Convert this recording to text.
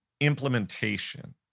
implementation